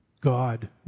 God